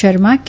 શર્મા કે